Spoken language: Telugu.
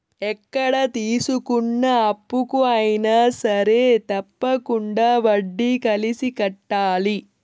ఎక్కడ తీసుకున్న అప్పుకు అయినా సరే తప్పకుండా వడ్డీ కలిపి కట్టాలి